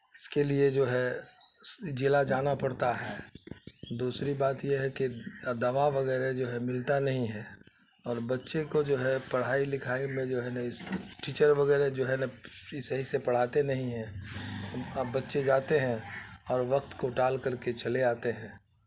اس کے لیے جو ہے ضلع جانا پڑتا ہے دوسری بات یہ ہے کہ دوا وغیرہ جو ہے ملتا نہیں ہے اور بچے کو جو ہے پڑھائی لکھائی میں جو ہے نا اس ٹیچر وغیرہ جو ہے نا صحیح سے پڑھاتے نہیں ہیں اب بچے جاتے ہیں اور وقت کو ٹال کر کے چلے آتے ہیں